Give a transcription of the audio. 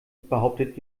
behauptet